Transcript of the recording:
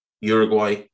Uruguay